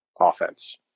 offense